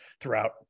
throughout